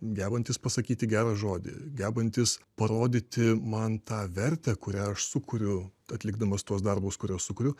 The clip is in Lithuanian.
gebantis pasakyti gerą žodį gebantis parodyti man tą vertę kurią aš sukuriu atlikdamas tuos darbus kuriuos sukuriu